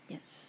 Yes